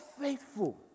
faithful